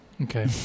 Okay